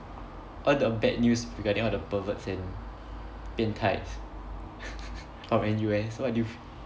all the bad news regarding all the perverts and 变态 from N_U_S what do you f~